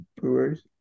Brewers